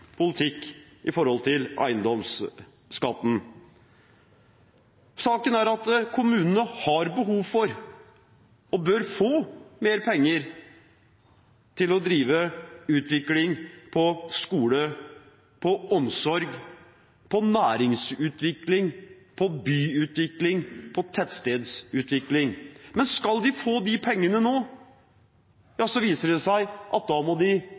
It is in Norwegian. politikk når det gjelder eiendomsskatten. Saken er at kommunene har behov for og bør få mer penger til å drive utvikling av skole, omsorg, næringsutvikling, byutvikling og tettstedsutvikling. Men skal de få de pengene nå, viser det seg at de må